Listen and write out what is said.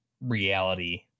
reality